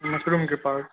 mushroom के पास